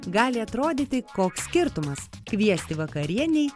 gali atrodyti koks skirtumas kviesti vakarienei